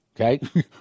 okay